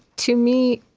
to me,